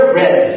red